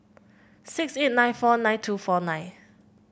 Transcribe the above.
six eight nine four nine two four nine